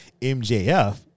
MJF